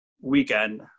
weekend